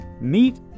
meet